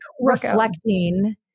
reflecting